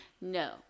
No